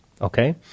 okay